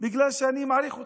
בגלל שאני מעריך אותך.